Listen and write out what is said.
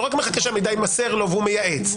לא רק מחכה שהמידע יימסר לו והוא מייעץ.